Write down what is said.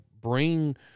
bring